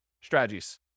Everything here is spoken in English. strategies